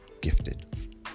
gifted